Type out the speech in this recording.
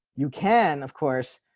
you can of course